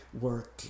work